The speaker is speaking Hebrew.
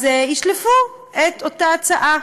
אז ישלפו את אותה הצעה.